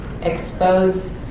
expose